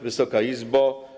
Wysoka Izbo!